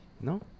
No